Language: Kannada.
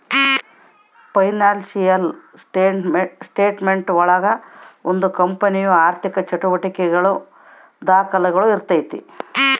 ಫೈನಾನ್ಸಿಯಲ್ ಸ್ಟೆಟ್ ಮೆಂಟ್ ಒಳಗ ಒಂದು ಕಂಪನಿಯ ಆರ್ಥಿಕ ಚಟುವಟಿಕೆಗಳ ದಾಖುಲುಗಳು ಇರ್ತೈತಿ